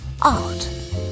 art